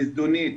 בזדונית,